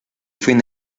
fin